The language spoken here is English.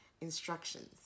instructions